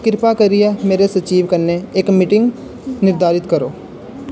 किरपा करियै मेरे सचिव कन्नै इक मीटिंग निर्धारत करो